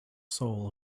soul